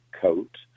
coat